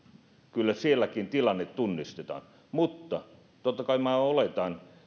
kyllä sielläkin tilanne tunnistetaan mutta totta kai minä oletan